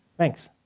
thanks.